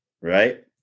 right